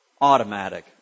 automatic